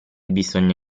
bisogna